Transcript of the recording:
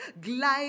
glide